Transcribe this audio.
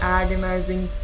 agonizing